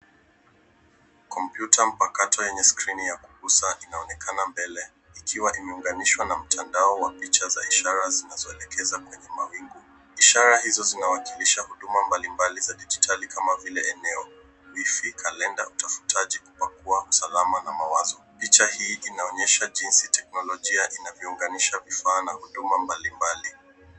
Kompyuta mpakato yenye skrini ya kugusa inaonekana mbele ikiwa imeunganishwa na mtandao wa picha za ishara zinazoelekeza kwenye mawingu. Ishara hizo zinawakilisha huduma mbalimbali za dijitali kama vile eneo, Wi-Fi, kalenda, utafutaji, kupakua, usalama na mawazo. Picha hii inaonyeshaa jinsi teknolojia inavyounganisha vifaa na huduma mbalimbali.